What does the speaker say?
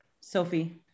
Sophie